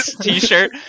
t-shirt